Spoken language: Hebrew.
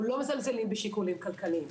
אנו לא מזלזלים בשיקולים כלכליים,